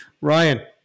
Ryan